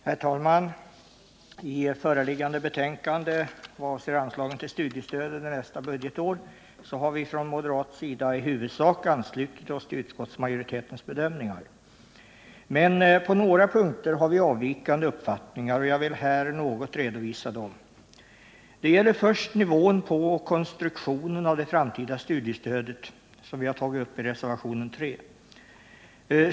Herr talman! I föreliggande betänkande avseende studiestöd under nästkommande budgetår har vi från moderata samlingspartiets sida i huvudsak anslutit oss till utskottsmajoritetens bedömningar. Men på några punkter har vi avvikande uppfattningar, och jag vill här något redovisa dem. Det gäller först nivån på och konstruktionen av det framtida studiestödet som vi tagit upp i reservationen 3.